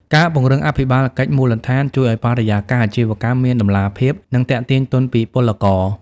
ការពង្រឹង "អភិបាលកិច្ចមូលដ្ឋាន" ជួយឱ្យបរិយាកាសអាជីវកម្មមានតម្លាភាព និងទាក់ទាញទុនពីពលករ។